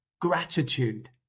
gratitude